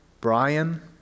Brian